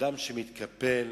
אדם שמתקפל,